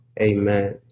amen